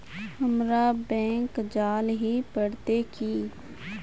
हमरा बैंक जाल ही पड़ते की?